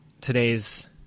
today's